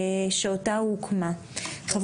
שאותה הוקמה.